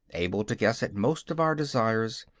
able to guess at most of our desires,